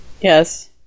Yes